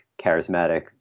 charismatic